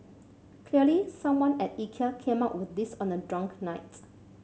clearly someone at Ikea came up with this on a drunk night